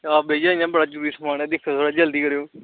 आं भैया इंया बड़ा जरूरी समान ऐ जल्दी करेओ